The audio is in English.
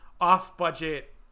off-budget